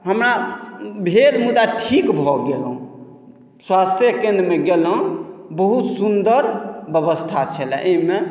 हमरा भेल मुदा ठीक भऽ गेलहुँ स्वास्थ्ये केन्द्रमे गेलहुँ बहुत सुन्दर व्यवस्था छलए एहिमे